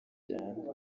cyane